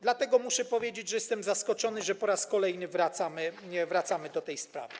Dlatego muszę powiedzieć, że jestem zaskoczony, że po raz kolejny wracamy do tej sprawy.